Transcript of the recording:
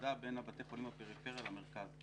הפרדה בין בתי החולים בפריפריה למרכז?